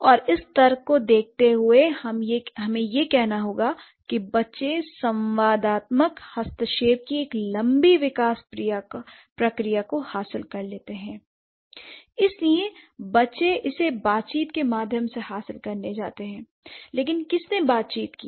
और इस तर्क को देखते हुए हमें यह कहना होगा कि बच्चे संवादात्मक हस्तक्षेप की एक लंबी विकास प्रक्रिया को हासिल कर लेते हैं l इसलिए बच्चे इसे बातचीत के माध्यम से हासिल करने जा रहे हैं लेकिन किसने बातचीत की है